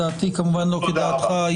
דעתי כמובן לא כדעתך.